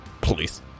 Please